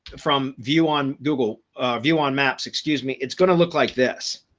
from view on google view on maps, excuse me, it's going to look like this.